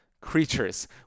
creatures